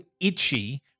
itchy